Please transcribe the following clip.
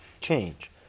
change